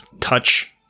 touch